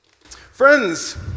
Friends